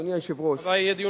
אדוני היושב-ראש,